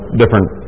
different